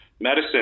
medicine